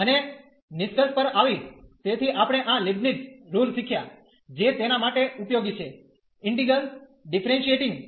અને નિષ્કર્ષ પર આવી તેથી આપણે આ લીબનિટ્ઝ રુલશીખ્યા જે તેના માટે ઉપયોગી છે ઈન્ટિગ્રલ ડીફરેનશીએટીંગ